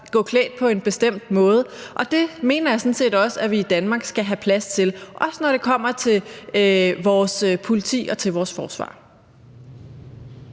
gå klædt på en bestemt måde, og det mener jeg sådan set også at vi i Danmark skal have plads til, også når det kommer til vores politi og til vores forsvar.